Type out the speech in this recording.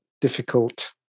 difficult